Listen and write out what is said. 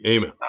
Amen